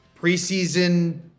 Preseason